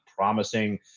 Promising